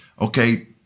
Okay